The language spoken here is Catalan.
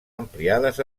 ampliades